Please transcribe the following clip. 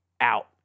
out